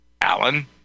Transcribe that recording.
Alan